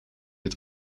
het